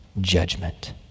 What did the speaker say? judgment